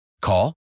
Call